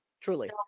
truly